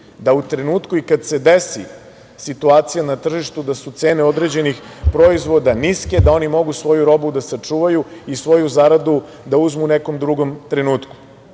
da u trenutku i kada se desi situacija na tržištu, da su cene određenih proizvoda niske, da oni mogu svoju robu da sačuvaju i svoju zaradu da uzmu u nekom drugom trenutku.